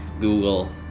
google